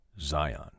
Zion